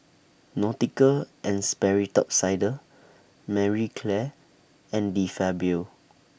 Nautica and Sperry Top Sider Marie Claire and De Fabio